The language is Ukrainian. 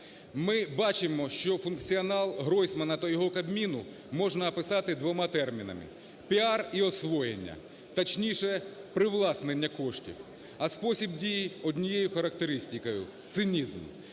Ми бачимо, що функціонал Гройсмана та його Кабміну можна описати двома термінами "піар" і "освоєння", точніше привласнення коштів. А спосіб дії однією характеристикою "цинізм".